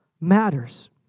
matters